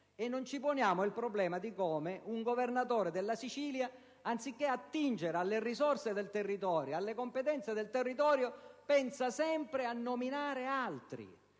ma non ci poniamo il problema di come mai un Governatore della Sicilia anziché attingere alle risorse e alle competenze del territorio pensa sempre a nominare altri.